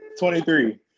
23